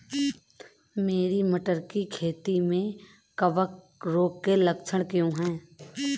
मेरी मटर की खेती में कवक रोग के लक्षण क्या हैं?